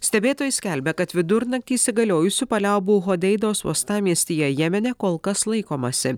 stebėtojai skelbia kad vidurnaktį įsigaliojusių paliaubų hodeidos uostamiestyje jemene kol kas laikomasi